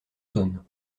saône